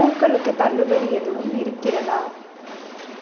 பூக்களுக்கு தள்ளுபடி எதுவும் இருக்கிறதா